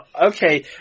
okay